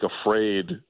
afraid